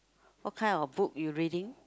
what kind of book you reading